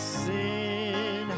sin